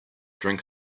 drink